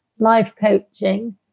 lifecoaching